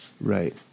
Right